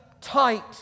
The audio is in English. tight